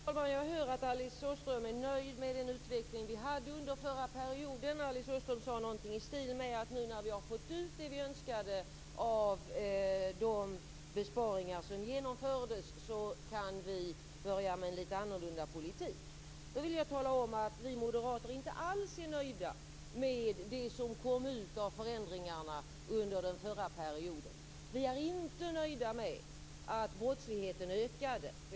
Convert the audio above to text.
Fru talman! Jag hör att Alice Åström är nöjd med den utveckling vi hade under den förra perioden. Alice Åström sade någonting i stil med att nu när vi fått ut det vi önskade av de besparingar som genomfördes kan vi börja med en lite annorlunda politik. Då vill jag tala om att vi moderater inte alls är nöjda med det som kom ut av förändringarna under den förra perioden. Vi är inte nöjda med att brottsligheten ökade.